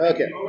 Okay